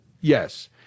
Yes